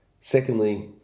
Secondly